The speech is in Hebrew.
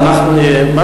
תתביישו.